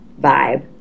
vibe